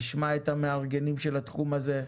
נשמע את המארגנים של התחום הזה,